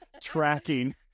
tracking